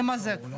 נמזג.